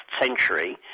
century